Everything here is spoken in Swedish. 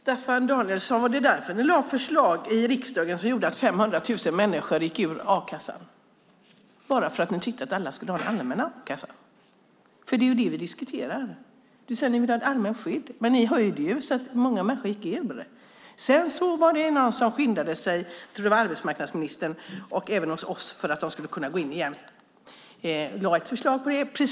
Fru talman! Var det bara för att ni tyckte att alla skulle ha en allmän a-kassa som ni lade fram förslag i riksdagen som gjorde att 500 000 människor gick ur a-kassan? Det är det vi diskuterar. Ni säger att ni vill ha ett allmänt skydd. Ni höjde ju så att många människor gick ur. Någon, jag tror att det var arbetsmarknadsministern, skyndade sig att lägga fram ett förslag för att det skulle bli möjligt att gå in igen.